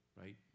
right